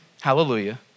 hallelujah